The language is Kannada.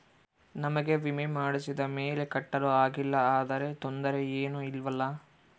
ನಮಗೆ ವಿಮೆ ಮಾಡಿಸಿದ ಮೇಲೆ ಕಟ್ಟಲು ಆಗಿಲ್ಲ ಆದರೆ ತೊಂದರೆ ಏನು ಇಲ್ಲವಾ?